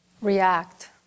react